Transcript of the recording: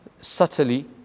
subtly